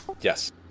Yes